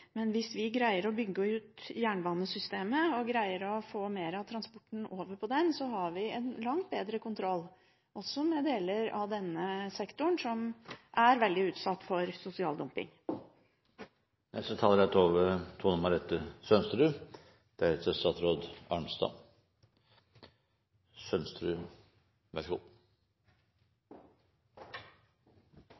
men hvis vi greier å bygge ut jernbanesystemet og greier å få mer av transporten over på bane, har vi en langt bedre kontroll, også med deler av denne sektoren som er veldig utsatt for sosial dumping.